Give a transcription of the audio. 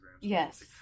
Yes